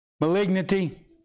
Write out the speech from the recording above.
malignity